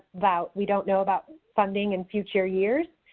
about we don't know about funding in future years.